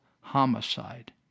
homicide